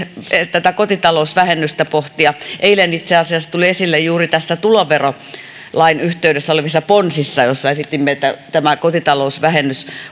kotitalousvähennystä pohtia eilen tämä itse asiassa tuli esille juuri tuloverolain yhteydessä olevissa ponsissa joissa esitimme että kotitalousvähennys